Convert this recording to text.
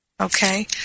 Okay